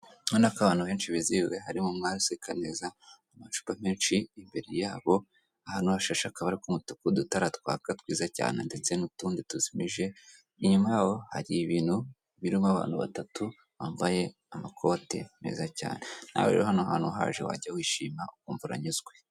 Urabona ko abantu benshi bizihiwe harimo umwari useka neza, amacupa menshi imbere yabo, ahantu hashashe akabara k'umutuku udutara twaka twiza cyane ndetse n'utundi tuzimije, inyuma yabo hari ibintu birimo abantu batatu, bambaye amakote meza cyane. Nawe rero hano hantu uhaje wajya wishima ukumva uranyuzwe.